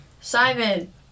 Simon